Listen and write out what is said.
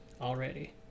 already